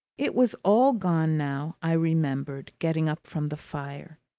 it was all gone now, i remembered, getting up from the fire.